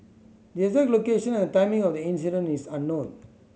the exact location and the timing of the incident is unknown